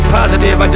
positive